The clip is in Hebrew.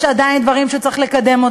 יש עדיין דברים שצריך לקדם.